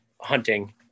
hunting